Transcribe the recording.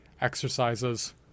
exercises